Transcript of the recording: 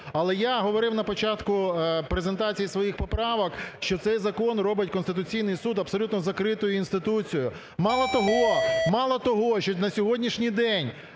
Але я говорив на початку презентації своїх поправок, що цей закон робить Конституційний Суд абсолютно закритою інституцією. Мало того, мало того, що на сьогоднішній день,